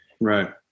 right